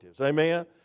Amen